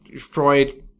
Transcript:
Freud